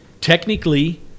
technically